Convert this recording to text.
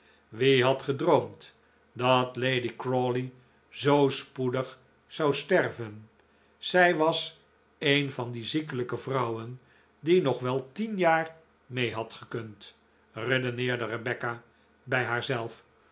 wie had gedroomd dat lady crawley zoo spoedig zou sterven zij was een van die ziekelijke vrouwen die nog wel tien jaar mee had gekund redeneerde rebecca bij